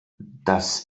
das